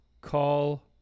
call